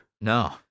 no